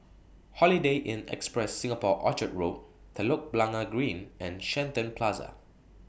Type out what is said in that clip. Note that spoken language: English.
Holiday Inn Express Singapore Orchard Road Telok Blangah Green and Shenton Plaza